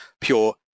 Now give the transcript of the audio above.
pure